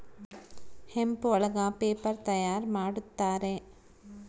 hemp ಒಳಗ paper ತಯಾರ್ ಮಾಡುತ್ತಾರೆ